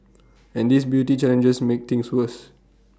and these beauty challenges make things worse